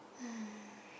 uh